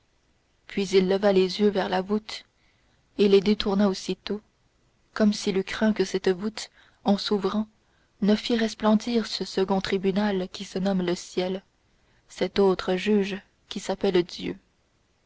puis il leva les yeux vers la voûte et les détourna aussitôt comme s'il eût craint que cette voûte en s'ouvrant ne fît resplendir ce second tribunal qui se nomme le ciel cet autre juge qui s'appelle dieu